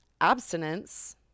abstinence